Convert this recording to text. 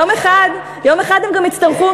יום אחד הם גם ירצו,